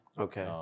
Okay